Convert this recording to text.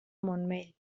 montmell